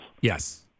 Yes